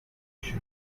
میشه